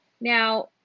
Now